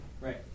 Right